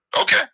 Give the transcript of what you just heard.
Okay